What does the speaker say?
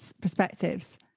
perspectives